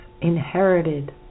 inherited